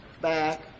Back